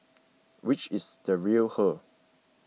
which is the real her